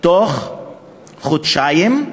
בתוך חודשיים,